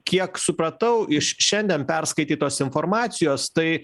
kiek supratau iš šiandien perskaitytos informacijos tai